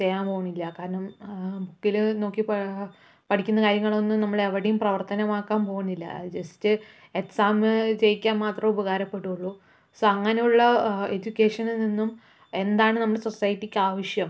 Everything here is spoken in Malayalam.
ചെയ്യാൻ പോകുന്നില്ല കാരണം ബുക്കില് നോക്കി പോയ പഠിക്കുന്ന കാര്യങ്ങളൊന്നും നമ്മൾ എവിടെയും പ്രവർത്തനമാക്കാൻ പോകുന്നില്ല ജസ്റ്റ് എക്സാം മാത്രം ജയിക്കാൻ ഉപകാരപെദുകയുള്ളു സൊ അങ്ങനെയുള്ള എഡ്യൂക്കേഷനിൽ നിന്നും എന്താണ് നമ്മുടെ സൊസൈറ്റിക്ക് ആവശ്യം